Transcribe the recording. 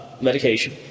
medication